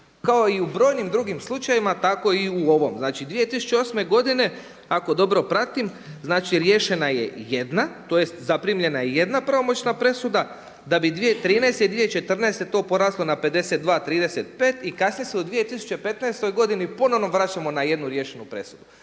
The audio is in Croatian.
kao i u brojnim drugim slučajevima tako i u ovom. Znači 2008. godine ako dobro pratim riješena je jedna tj. zaprimljena je jedna pravomoćna presuda, da bi 2013. i 2014. to poraslo na 52-35 i kasnije se u 2015. godini ponovno vraćamo na jednu riješenu presudu.